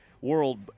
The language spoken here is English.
world